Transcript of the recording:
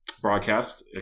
broadcast